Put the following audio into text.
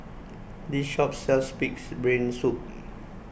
this shop sells Pig's Brain Soup